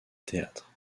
théâtre